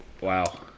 Wow